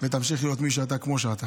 וכמו שאמרת,